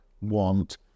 want